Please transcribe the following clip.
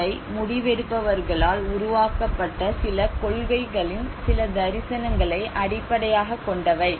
இவை முடிவெடுப்பவர்களால் உருவாக்கப்பட்ட சில கொள்கைகளின் சில தரிசனங்களை அடிப்படையாகக் கொண்டவை